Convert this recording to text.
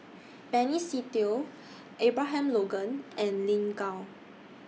Benny Se Teo Abraham Logan and Lin Gao